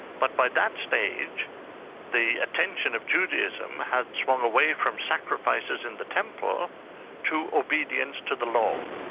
but by that stage the attention of judaism had swung away from sacrifices in the temple to obedience to the law,